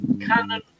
Cannon